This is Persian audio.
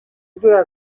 دونم